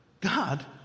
God